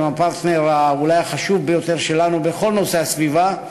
אולי הפרטנר החשוב ביותר שלנו בכל נושא הסביבה.